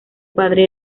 padre